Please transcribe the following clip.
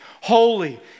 holy